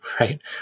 right